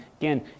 Again